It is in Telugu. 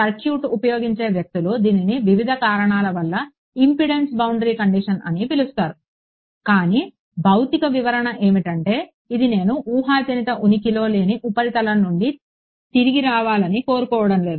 సర్క్యూట్ ఉపయోగించే వ్యక్తులు దీనిని వివిధ కారణాల వల్ల ఇంపెడెన్స్ బౌండరీ కండిషన్ అని పిలుస్తారు కానీ భౌతిక వివరణ ఏమిటంటే ఇది నేను ఊహాజనిత ఉనికిలో లేని ఉపరితలం నుండి తిరిగి రావాలని కోరుకోవడం లేదు